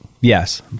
Yes